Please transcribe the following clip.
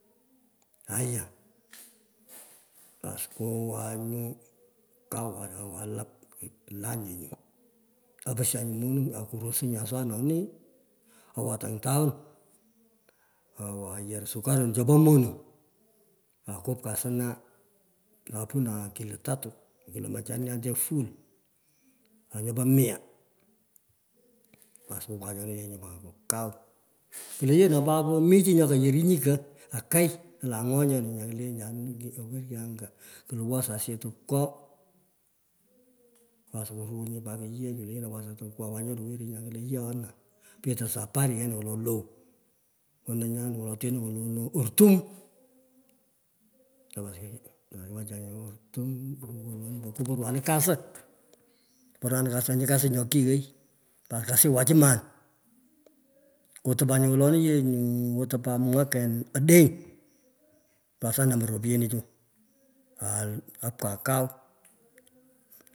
Aya, baas, kowan nyu kau, öwan lup lanchinyu. oposyan nyu moning akuresu nyu aswanoni awan tang aswan yar sukarun chepo moning, akoркaп asna machaniande full aa nyopo mia baas, opwan chonu yee nyu kau kulo yее по раро mi chi ngo koyorinyi kulo κο, ακαι, alan ngo nyoni nya wer, anga, kolo wasu asiyech tonwegho. Baas aruwen nyu pat kiyech lengini, lakwor owan nyoru weringini, kulo ye nona, perei sapari ken wolo lou cho nyana, wolo teno wolo lo wolon. artum mokopechanye ortum woloni kuporwanin kasi koprwanin kasi nyo kighoi. por kasi watchman kutopanye nyu yeewoloni otopan mwaken odeny pas anaman rapyenichu aa apkan kau.